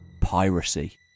piracy